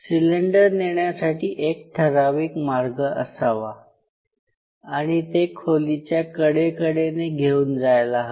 cylinder नेण्यासाठी एक ठराविक मार्ग असावा आणि ते खोलीच्या कडेकडेने घेऊन जायला हवे